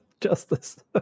Justice